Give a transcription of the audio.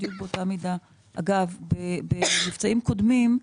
במבצעים קודמים,